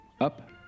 Up